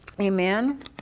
Amen